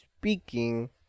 speaking